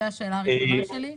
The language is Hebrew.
זו השאלה הראשונה שלי.